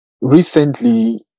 recently